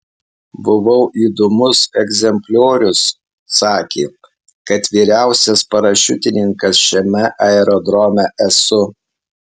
buvau įdomus egzempliorius sakė kad vyriausias parašiutininkas šiame aerodrome esu